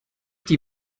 die